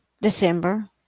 December